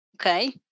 Okay